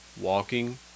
walking